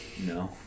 no